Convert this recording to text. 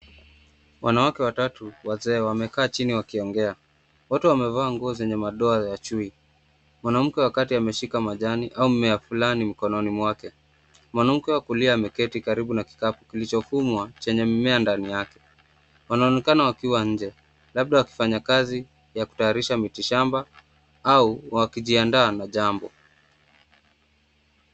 Wanawake watatu wazee wamekaa chini wakiongea, wote wamevaa nguo zenye madoa ya chui, mwanamke wa kati ame shika majani au mmea flani mkononi mwake. Mwanamke wa kulia ame keti karibu na kikapu kilicho fumwa chenye mimea ndani yake, wana onekana wakiwa nje labda wakifanya kazi ya kutayarisha miti shamba au wakijianda na jambo.